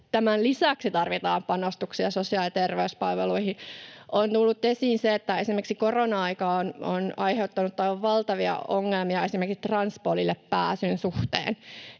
Tämän lisäksi tarvitaan panostuksia sosiaali- ja terveyspalveluihin. On tullut esiin se, että esimerkiksi korona-aika on aiheuttanut aivan valtavia ongelmia esimerkiksi transpolille pääsyn suhteen.